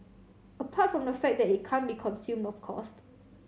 apart from the fact that it can't be consume of cause